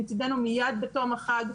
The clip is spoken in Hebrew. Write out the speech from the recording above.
מצדנו מיד בתום החג,